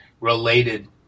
related